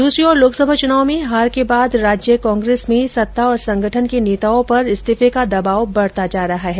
दूसरी और लोकसभा चुनाव में हार के बाद राज्य कांग्रेस में सत्ता और संगठन के नेताओं पर इस्तीफे का दबाव बढता जा रहा है